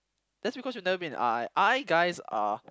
that's because you've never been in R_I R_I guys are